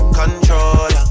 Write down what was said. controller